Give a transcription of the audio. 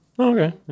Okay